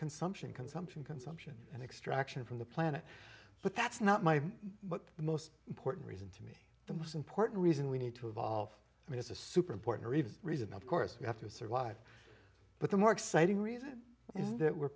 consumption consumption consumption and extraction from the planet but that's not my but the most important reason to me the most important reason we need to evolve i mean it's a super important reason of course we have to survive but the more exciting reason is that were